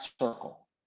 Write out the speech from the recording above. circle